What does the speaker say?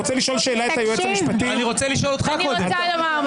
שאלה ראשונה.